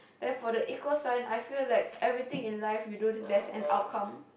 therefore the equal sign I feel like everything in life we do there's an outcome